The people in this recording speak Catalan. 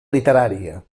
literària